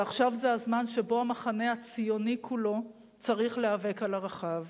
ועכשיו זה הזמן שבו המחנה הציוני כולו צריך להיאבק על ערכיו.